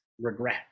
regret